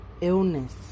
illness